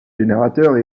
générateurs